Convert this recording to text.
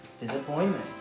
Disappointment